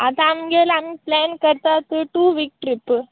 आतां आमगेर आमी प्लॅन करता थंय टू वीक ट्रीप